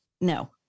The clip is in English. No